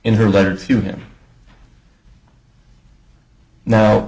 in her letter to him now